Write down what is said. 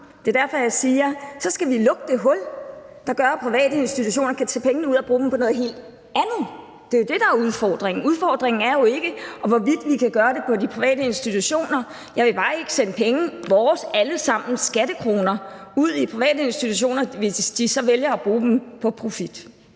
Det er derfor, jeg siger, at vi så skal lukke det hul, der gør, at private institutioner kan tage pengene ud og bruge dem på noget helt andet. Det er jo det, der er udfordringen. Udfordringen er jo ikke, hvorvidt vi kan gøre det i de private institutioner. Jeg vil bare ikke sende penge – vores alle sammens skattekroner – ud i private institutioner, hvis de så vælger at bruge dem på profit.